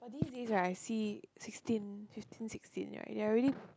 but these days right I see sixteen fifteen sixteen right they are already